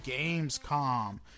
Gamescom